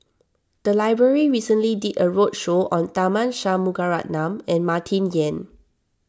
the library recently did a roadshow on Tharman Shanmugaratnam and Martin Yan